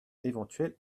éventuelle